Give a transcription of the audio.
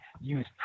Use